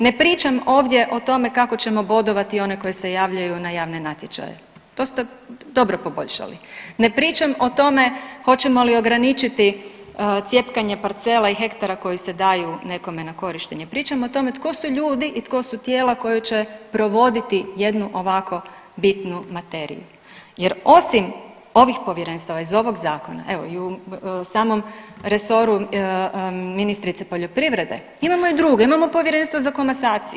Ne pričam ovdje o tome kako ćemo bodovati one koji se javljaju na javne natječaje, to ste dobro poboljšali, ne pričam o tome hoćemo li ograničiti cjepkanje parcela i hektara koji se daju nekome na korištenje, pričam o tome tko su ljudi i tko su tijela koja će provoditi jednu ovako bitnu materiju jer osim ovih povjerenstava iz ovog zakona, evo i u samom resoru ministrice poljoprivrede imamo i druge, imamo Povjerenstva za komasaciju.